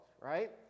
right